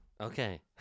Okay